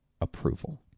approval